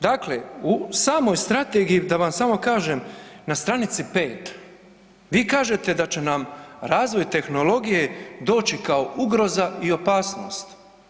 Dakle, u samoj strategiji da vam samo kažem na stranici 5 vi kažete da će nam razvoj tehnologije doći kao ugroza i opasnost.